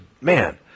man